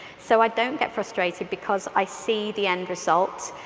so i don't get frustrated, because i see the end result,